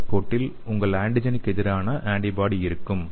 சோதனை கோட்டில் உங்கள் ஆன்டிஜெனுக்கு எதிரான ஆன்டிபாடி இருக்கும்